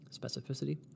Specificity